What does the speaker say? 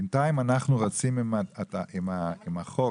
בינתיים אנחנו רצים את הצעת החוק